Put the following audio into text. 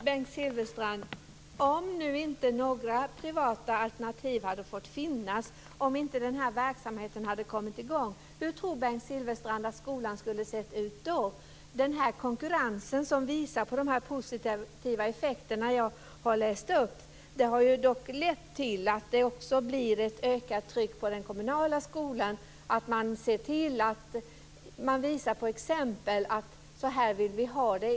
Herr talman! Om inte några privata alternativ hade fått finnas och om inte den här verksamheten hade kommit i gång - hur tror Bengt Silfverstrand att skolan skulle ha sett ut då? Den konkurrens som visar på de positiva effekter som jag har läst upp har lett till att det också blir ett ökat tryck på den kommunala sidan. Man får se till att visa på exempel på hur man vill ha det.